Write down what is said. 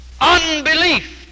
Unbelief